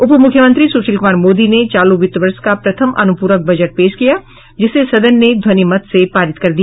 उपमुख्यमंत्री सुशील कुमार मोदी ने चालू वित्त वर्ष का प्रथम अनुपूरक बजट पेश किया जिसे सदन ने ध्वनिमत से पारित कर दिया